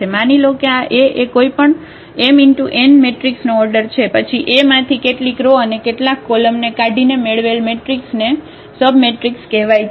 માની લો કે આ A એ કોઈ પણ mn મેટ્રિક્સનો ઓર્ડર છે પછી A માંથી કેટલીક રો અને કેટલાક કોલમને કાઢીને મેળવેલ મેટ્રિક્સને સબમટ્રિક્સ કહેવાય છે